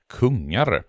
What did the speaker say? kungar